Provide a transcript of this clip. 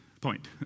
point